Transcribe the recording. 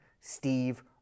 Steve